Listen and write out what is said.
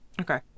Okay